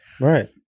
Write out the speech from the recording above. Right